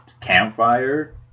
campfire